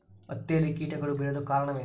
ಹತ್ತಿಯಲ್ಲಿ ಕೇಟಗಳು ಬೇಳಲು ಕಾರಣವೇನು?